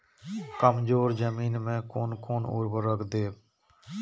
कमजोर जमीन में कोन कोन उर्वरक देब?